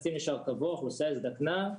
התקציב נשאר קבוע האוכלוסייה הזדקנה,